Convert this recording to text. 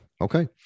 Okay